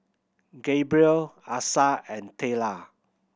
Gabriel Asa and Tayla